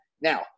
Now